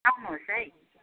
आउनुहोस् है